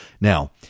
Now